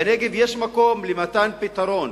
בנגב יש מקום למתן פתרון.